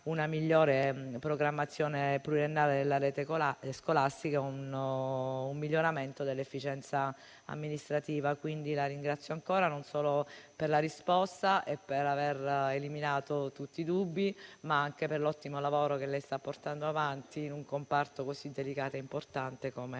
una migliore programmazione pluriennale della rete scolastica e un miglioramento dell'efficienza amministrativa. Signor Ministro, la ringrazio ancora non solo per la risposta e per aver eliminato tutti i dubbi, ma anche per l'ottimo lavoro che lei sta portando avanti in un comparto così delicato e importante come la